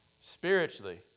spiritually